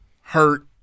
hurt